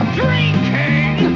drinking